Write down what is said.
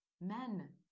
men